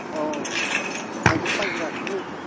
औ आंथ' बायग्रासो